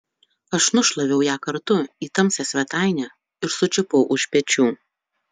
aš nušlaviau ją kartu į tamsią svetainę ir sučiupau už pečių